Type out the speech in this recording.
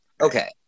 Okay